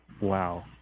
Wow